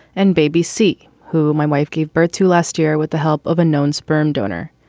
and b b c, who my wife gave birth to last year with the help of a known sperm donor.